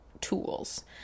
tools